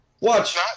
Watch